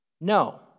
No